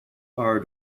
are